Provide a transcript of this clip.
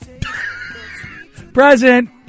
Present